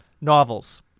novels